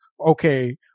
okay